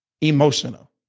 emotional